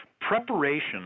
Preparation